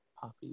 poppy